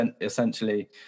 essentially